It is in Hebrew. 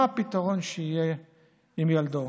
מה הפתרון שיהיה לילדו?